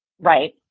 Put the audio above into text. Right